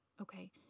okay